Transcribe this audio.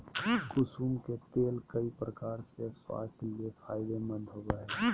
कुसुम के तेल कई प्रकार से स्वास्थ्य ले फायदेमंद होबो हइ